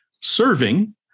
serving